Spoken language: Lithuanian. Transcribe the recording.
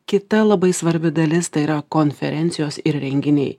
kita labai svarbi dalis tai yra konferencijos ir renginiai